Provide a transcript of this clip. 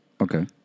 okay